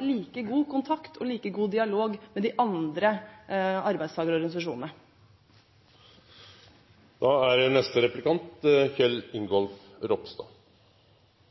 like god kontakt og like god dialog med de andre arbeidstakerorganisasjonene. Det var mye bra i representantens innlegg. Det jeg er